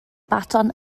baton